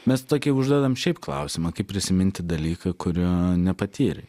mes tokį užduodam šiaip klausimą kaip prisiminti dalyką kurio nepatyrei